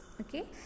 Okay